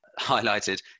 highlighted